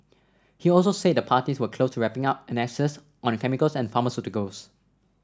he also said the parties were close to wrapping up annexes on chemicals and pharmaceuticals